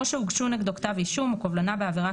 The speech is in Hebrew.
או שהוגשו נגדו כתב אישום או קובלנה בעבירה